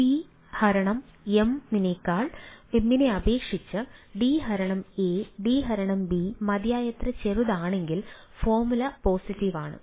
C M നെ അപേക്ഷിച്ച് D A D B മതിയായത്ര ചെറുതാണെങ്കിൽ ഫോർമുല പോസിറ്റീവ് ആണ്